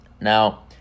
Now